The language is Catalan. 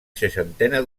seixantena